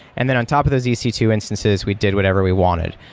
and then on top of those e c two instances, we did whatever we wanted.